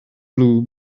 blue